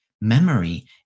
Memory